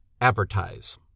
advertise